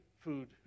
food